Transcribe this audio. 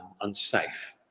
unsafe